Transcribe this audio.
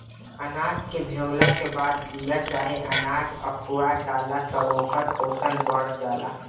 अनाज के भेवला के बाद बिया चाहे अनाज अखुआ जाला त ओकर पोषण बढ़ जाला